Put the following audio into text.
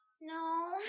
No